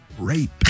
Rape